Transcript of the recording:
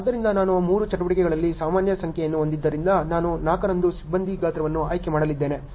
ಆದ್ದರಿಂದ ನಾನು ಮೂರು ಚಟುವಟಿಕೆಗಳಲ್ಲಿ ಸಾಮಾನ್ಯ ಸಂಖ್ಯೆಯನ್ನು ಹೊಂದಿದ್ದರಿಂದ ನಾನು 4 ರಂದು ಸಿಬ್ಬಂದಿ ಗಾತ್ರವನ್ನು ಆಯ್ಕೆ ಮಾಡಲಿದ್ದೇನೆ